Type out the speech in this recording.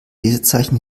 lesezeichen